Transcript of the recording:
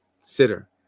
sitter